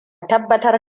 tabbatar